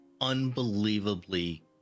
unbelievably